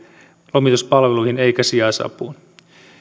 lomituspalveluihin eikä sijaisapuun